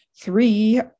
three